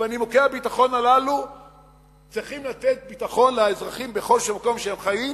ובנימוקי הביטחון הללו צריכים לתת ביטחון לאזרחים בכל מקום שהם חיים,